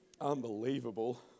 Unbelievable